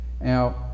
Now